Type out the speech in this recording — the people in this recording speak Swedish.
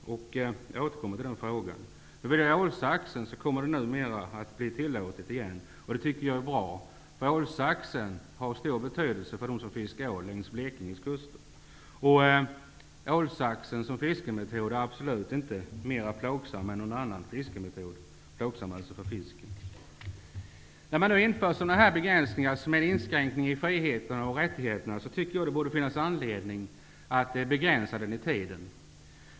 Jag återkommer till den frågan. Ålsax kommer att bli tillåten igen. Det tycker jag är bra. Ålsaxen har stor betydelse för dem som fiskar ål längs Blekinges kuster. Ålsaxen som fiskemetod är absolut inte mer plågsam för fisken än någon annan fiskemetod. När man inför begränsningar och inskränkningar i frioch rättigheter tycker jag att det borde finnas anledning att ha tidsgränser.